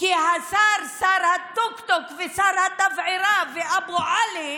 כי השר, שר הטיקטוק ושר התבערה ואבו עלי,